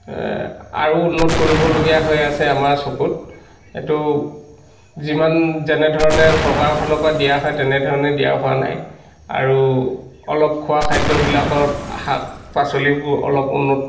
আৰু উন্নত কৰিবলগীয়া হৈ আছে আমাৰ চকুত সেইটো যিমান যেনেধৰণে চৰকাৰৰ ফালৰ পৰা দিয়া হয় তেনেধৰণে দিয়া হোৱা নাই আৰু অলপ খোৱা খাদ্যবিলাকত শাক পাচলিবোৰ অলপ উন্নত